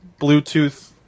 bluetooth